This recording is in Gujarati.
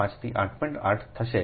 5 થી 8